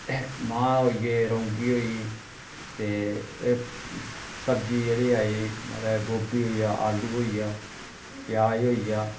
मांह् होई गे रौंगी होई गेई ते एह् सब्जी जेह्ड़ी आई गेई मतलब गोभी होई गेआ आलू होई गेआ प्याज होई गेआ